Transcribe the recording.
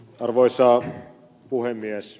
arvoisa puhemies